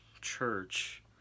church